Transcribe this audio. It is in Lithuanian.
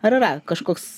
ar yra kažkoks